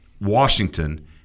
Washington